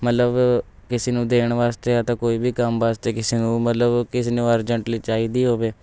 ਮਤਲਬ ਕਿਸੇ ਨੂੰ ਦੇਣ ਵਾਸਤੇ ਅਤੇ ਕੋਈ ਵੀ ਕੰਮ ਵਾਸਤੇ ਕਿਸੇ ਨੂੰ ਮਤਲਬ ਕਿਸੇ ਨੂੰ ਅਰਜੈਂਟਲੀ ਚਾਹੀਦੀ ਹੋਵੇ